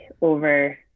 over